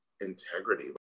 integrity